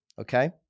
okay